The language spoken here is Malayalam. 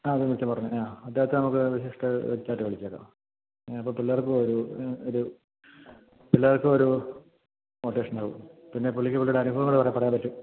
ആ നേരത്തെ പറഞ്ഞ ആ അദ്ദേഹത്തെ നമുക്ക് വിശിഷ്ട വ്യക്തി ആയിട്ട് വിളിച്ചേക്കാം അപ്പം പിള്ളാർക്കും ഒരു ഒരു പിള്ളാർക്കും ഒരു മോട്ടിവേഷൻ ആവും പിന്നെ പുള്ളിക്ക് പുള്ളിയുടെ അനുഭവങ്ങളുമൊക്കെ പറയാൻ പറ്റും